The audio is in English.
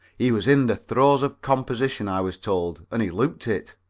he was in the throes of composition, i was told, and he looked it.